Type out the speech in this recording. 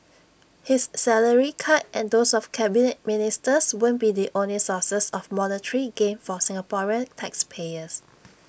his salary cut and those of Cabinet Ministers won't be the only sources of monetary gain for Singaporean taxpayers